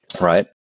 right